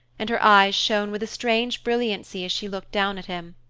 and her eyes shone with a strange brilliancy as she looked down at him.